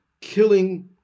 killing